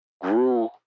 Grew